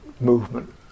movement